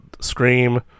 scream